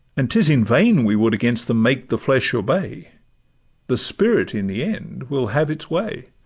and t is in vain we would against them make the flesh obey the spirit in the end will have its way.